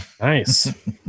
nice